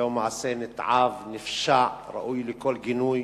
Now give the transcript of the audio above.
זהו מעשה נתעב, נפשע, ראוי לכל גינוי.